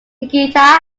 nikita